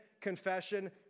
confession